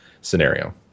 scenario